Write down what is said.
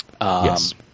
Yes